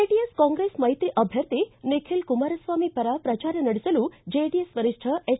JDS Congress ಮೈತ್ರಿ ಅಭ್ಯರ್ಥಿ ನಿಖಿಲ್ ಕುಮಾರಸ್ನಾಮಿ ಪರ ಪ್ರಚಾರ ನಡೆಸಲು ಜೆಡಿಎಸ್ ವರಿಷ್ಣ ಎಚ್